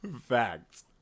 Facts